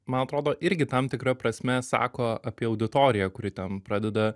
man atrodo irgi tam tikra prasme sako apie auditoriją kuri ten pradeda